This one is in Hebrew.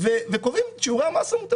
אגב, וגם את זה אפשר לתקן בכנסת.